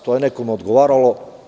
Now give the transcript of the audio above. To je nekome odgovaralo.